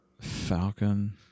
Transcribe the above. Falcon